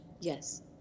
Yes